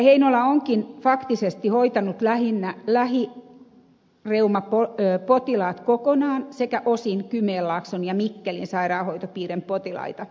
heinola onkin faktisesti hoitanut lähinnä lähireumapotilaat kokonaan sekä osin kymenlaakson ja mikkelin sairaanhoitopiirin potilaita